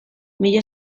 mila